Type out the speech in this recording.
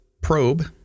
probe